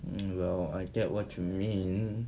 um well I get what you mean